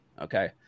Okay